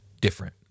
different